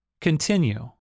Continue